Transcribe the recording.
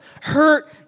hurt